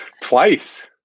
Twice